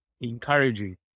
encouraging